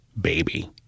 baby